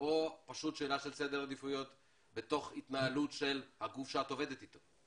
או פשוט שאלה של סדר עדיפויות בהתנהלות בתוך הגוף שאת עובדת איתו.